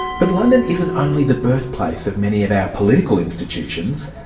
but london isn't only the birthplace of many of our political institutions,